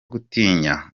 gutinya